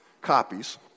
copies